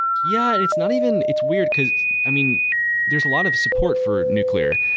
yeah, and it's not even it's weird, because i mean there's a lot of support for nuclear.